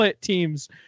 teams